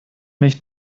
mich